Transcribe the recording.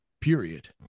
Period